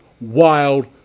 wild